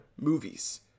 movies